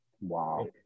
Wow